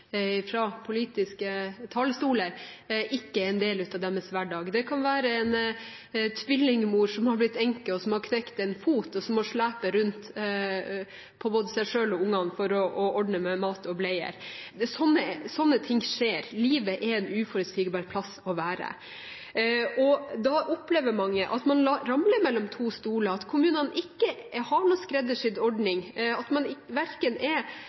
politiske talerstoler, ikke er en del av deres hverdag. Det kan være en tvillingmor som har blitt enke, som har knekt en fot, og som må slepe rundt på både seg selv og ungene for å ordne med mat og bleier. Sånne ting skjer, livet er en uforutsigbar plass å være. Da opplever mange at de ramler mellom to stoler, at kommunene ikke har noen skreddersydd ordning, at verken hjemmehjelp eller miljøarbeidertjeneste er